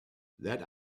that